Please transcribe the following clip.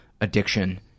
addiction